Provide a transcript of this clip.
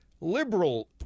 liberal